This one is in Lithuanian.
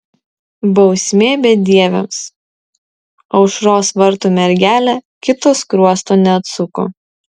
bausmė bedieviams aušros vartų mergelė kito skruosto neatsuko